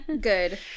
Good